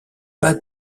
pas